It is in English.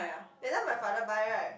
that time my father buy right